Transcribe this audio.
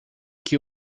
que